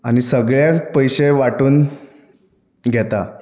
आनी सगळ्यांक पयशे वाटून घेता